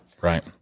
Right